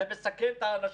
זה מסכן את האנשים.